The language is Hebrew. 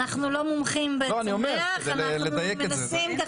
אני אומר כדי לדייק את זה.